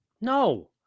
No